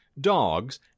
dogs